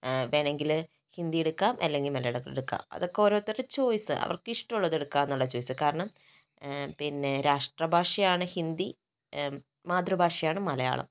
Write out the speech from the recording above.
വേണമെങ്കിൽ ഹിന്ദി എടുക്കാം അല്ലെങ്കിൽ മലയാളം എടുക്കാം അതൊക്കെ ഓരോരുത്തരുടെ ചോയ്സ് അവർക്കിഷ്ടമുള്ളത് എടുക്കാമെന്നുള്ള ചോയ്സ് കാരണം പിന്നെ രാഷ്ട്രഭാഷയാണ് ഹിന്ദി മാതൃഭാഷയാണ് മലയാളം